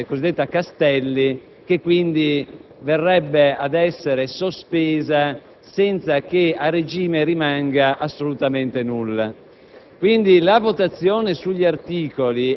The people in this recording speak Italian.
le parti della cosiddetta legge Castelli, che quindi verrebbe ad essere sospesa senza che a regime rimanga assolutamente nulla.